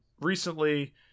recently